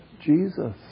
Jesus